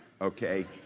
Okay